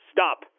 Stop